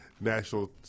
national